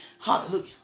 Hallelujah